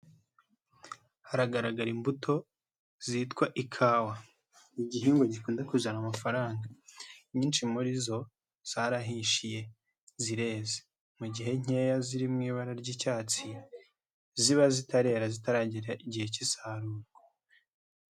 Haragaragara imbuto, zitwa ikawa. Igihingwa gikunda kuzana amafaranga. Inyinshi muri zo zarahishiye, zireze. Mu gihe nkeya ziri mu ibara ry'icyatsi, ziba zitarera, zitaragera igihe cy'isarurwa.